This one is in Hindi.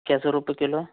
कैसे रुपये किलो